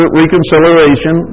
reconciliation